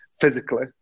physically